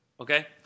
Okay